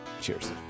Cheers